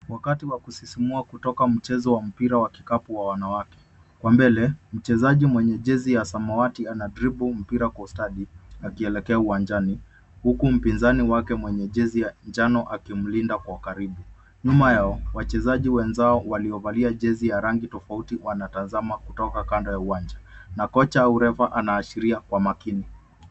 Wakati wa kusisimua kutoka mchezo wa mpira wa kikapu wa wanawake. Kwa mbele mchezaji mwenye jezi ya samawati ana dripu mpira kwa ustadi akielekea uwanjani huku mpinzani wake mwenye jezi ya njano akimlinda kwa ukaribu. Nyuma ya wachezaji wenzao waliovalia jezi ya rangi tofauti wanatazama kutoka kando ya uwanja na kocha anaashiria kwa makini.